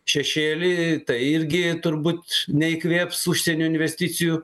šešėlį tai irgi turbūt neįkvėps užsienio investicijų